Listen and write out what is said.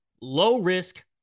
low-risk